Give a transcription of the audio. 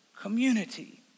community